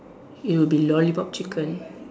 it will be lollipop chicken